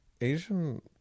asian